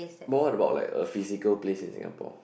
more about like a physical place in Singapore